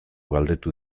galdetu